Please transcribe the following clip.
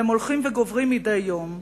והם הולכים וגוברים מדי יום.